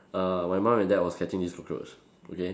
err my mum and dad was catching this cockroach okay